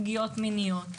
פגיעות מיניות.